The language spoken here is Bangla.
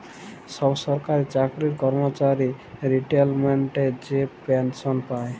ছব সরকারি চাকরির কম্মচারি রিটায়ারমেল্টে যে পেলসল পায়